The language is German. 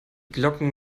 glocken